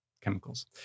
chemicals